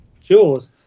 Jaws